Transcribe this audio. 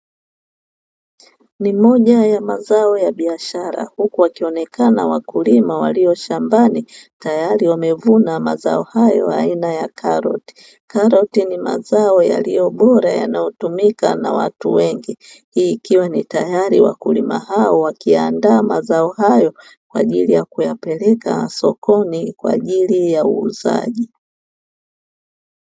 Ni moja ya mazao ya biashara huku wakionekana wakulima walio shambani, tayari wamevuna mazao hayo aina ya karoti. Karoti ni mazao yaliyo bora yanayotumika na watu wengi; hii ikiwa ni tayari wakulima hao wakiyaandaa mazao hayo kwa ajili ya kuyapeleka sokoni kwa ajili ya uuzaji.